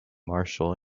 marshall